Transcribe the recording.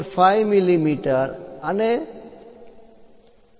5 millimetre 2